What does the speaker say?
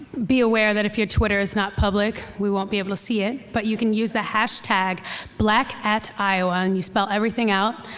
be aware that if your twitter is not public, we won't be able to see it but you can use the hashtag black iowa. and you spell everything out,